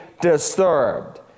disturbed